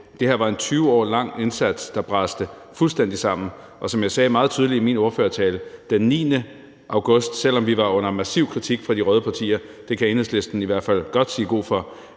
det her var en 20 år lang indsats, der brasede fuldstændig sammen, og som jeg sagde meget tydeligt i min ordførertale: Den 9. august, selv om vi var under massiv kritik fra de røde partier – det kan Enhedslisten i hvert fald godt sige god for